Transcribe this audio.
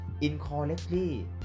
incorrectly